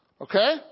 okay